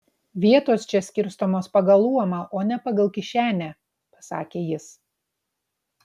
vietos čia skirstomos pagal luomą o ne pagal kišenę pasakė jis